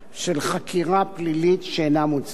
של חקירה פלילית שאינה מוצדקת.